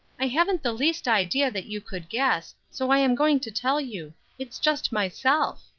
i haven't the least idea that you could guess, so i am going to tell you it's just myself.